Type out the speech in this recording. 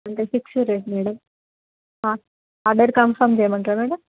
అంటే fixed rate madam ఆ order confirm చేయమంటారా మేడం